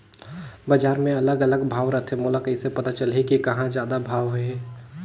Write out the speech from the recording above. बजार मे अलग अलग भाव रथे, मोला कइसे पता चलही कि कहां जादा भाव हे?